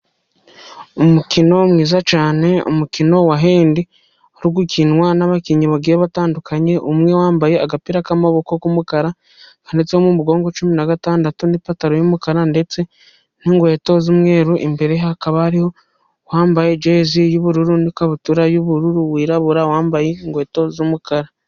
Umukino mwiza cyane, umukino wa hendi. Urigukinwa n'abakinnyi bagiye batandukanye umwe wambaye agapira k'amaboko k'umukara kanditsemo mu umugongo cumi na gatandatu'ipantaro yumukara ndetse n'inkweto z'umweru imbere hakaba hariho uwambaye jezi y'ubururu n'ikabutura y'ubururu wirabura wambaye inkweto z'umukara.